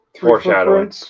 foreshadowing